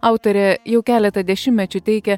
autorė jau keletą dešimtmečių teikia